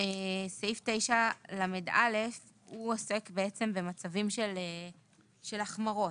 סעיף 9לא עוסק במצבים של החמרות.